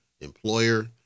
employer